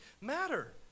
matter